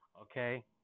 Okay